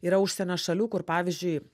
yra užsienio šalių kur pavyzdžiui